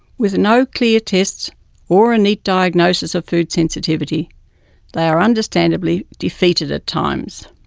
with no clear tests or a neat diagnosis of food sensitivity they are understandably defeated at times.